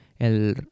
El